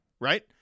right